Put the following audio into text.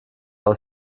aus